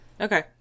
Okay